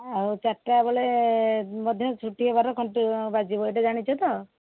ଆଉ ଚାରିଟାବେଳେ ମଧ୍ୟ ଛୁଟି ହେବାର ଘଣ୍ଟି ବାଜିବ ଏଇଟା ଜାଣିଛ ତ